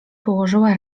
położyła